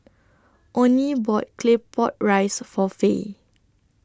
Onie bought Claypot Rice For Fay